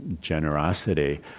generosity